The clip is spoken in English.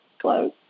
Close